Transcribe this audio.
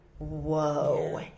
Whoa